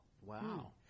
Wow